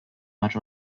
much